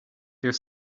their